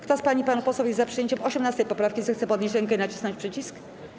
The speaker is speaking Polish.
Kto z pań i panów posłów jest za przyjęciem 18. poprawki, zechce podnieść rękę i nacisnąć przycisk.